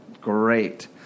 Great